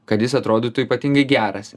kad jis atrodytų ypatingai geras